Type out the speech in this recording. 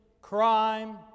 crime